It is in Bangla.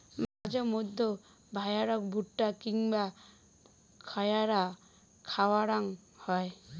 মাঝে মইধ্যে ভ্যাড়াক ভুট্টা কিংবা খ্যার খাওয়াং হই